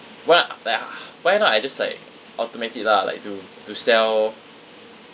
why like h~ why not I just like automate it lah like to to sell